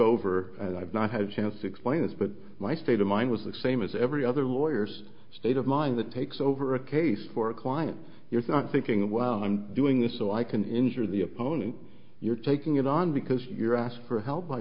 and i've not had a chance to explain this but my state of mind was the same as every other lawyers state of mind that takes over a case for a client you're not thinking well i'm doing this so i can injure the opponent you're taking it on because you're asked for help